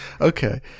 Okay